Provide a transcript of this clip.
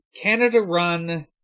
Canada-run